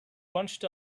bunched